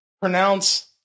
pronounce